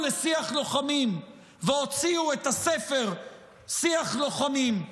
לשיח לוחמים והוציאו את הספר "שיח לוחמים".